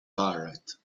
barrett